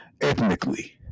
ethnically